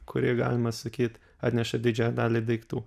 kuri galima sakyt atneša didžiąją dalį daiktų